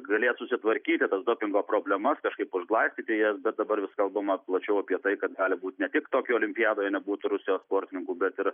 galės susitvarkyti tas dopingo problemas kažkaip užglaistyti jas bet dabar vis kalbama plačiau apie tai kad gali būt ne tik tokijo olimpiadoje nebūt rusijos sportininkų bet ir